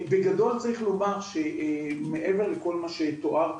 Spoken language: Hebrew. בגדול צריך לומר שמעבר לכל מה שתואר כאן,